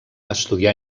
estudià